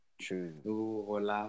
true